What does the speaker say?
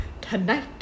tonight